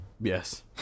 yes